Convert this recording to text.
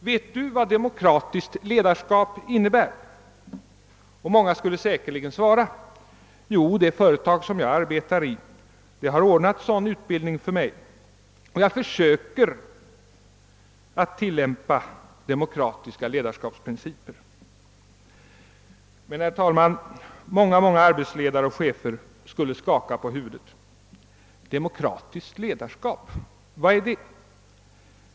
Vet Du vad demokratiskt ledarskap innebär?» Många skulle säkerligen svara: »Jo, det företag som jag arbetar i har ordnat sådan utbildning för mig, och jag försöker att tillämpa demokratiska ledarskapsprinciper.» Men, herr talman, många arbetsledare och chefer skulle skaka på huvudet. »Demokratiskt ledarskap! Vad är det?